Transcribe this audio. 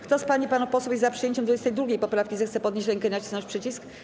Kto z pań i panów posłów jest za przyjęciem 22. poprawki, zechce podnieść rękę i nacisnąć przycisk.